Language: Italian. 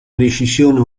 decisione